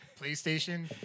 PlayStation